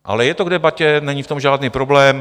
Ale je to k debatě, není v tom žádný problém.